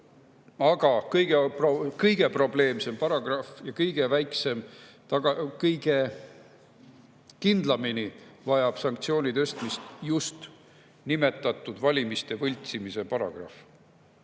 Aga kõige probleemsem paragrahv ja kõige kindlamini vajab sanktsiooni tõstmist just nimetatud valimiste võltsimise paragrahv.